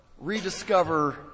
rediscover